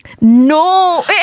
no